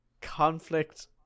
Conflict